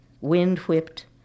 wind-whipped